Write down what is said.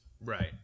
right